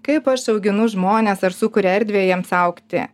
kaip aš auginu žmones ar sukuriu erdvę jiems augti